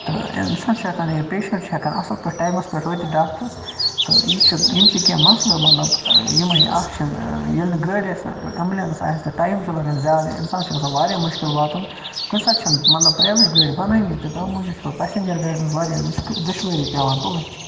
تہٕ اِنسان چھُ ہیکان پیشینٛٹ چھُ ہیکان اَصٕلۍ پٲٹھۍ ٹایمَس پٮ۪ٹھ وٲتِتھ ڈاکٹَرَس تہٕ یہِ چھُ یِم چھِ کینٛہہ مَسلہٕ مَطلب یِمٕے اَکھ چھُ ییٚلہِ نہٕ گٲڑۍ آسہِ تہٕ ایمبلیس آسہِ تہٕ ٹایِم چھُنہٕ لگان زیادٕے اںسانَس چھُ گَژھان واریاہ مُشکِل واتُن کُنہِ ساتہٕ چھنہٕ مَطلب پریویٹ گٲڑۍ بَنٲنی تہٕ تَمہِ موٗجوٗب چھُ پتہٕ پیسینٛجر گاڑِ منٛز واریاہ دُشوٲری پیوان تُلٕنۍ